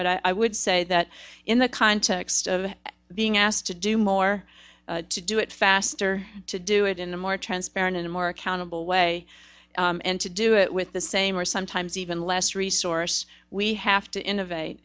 but i would say that in the context of being asked to do more to do it faster to do it in the more transparent and more accountable way and to do it with the same or sometimes even less resource we have to innovate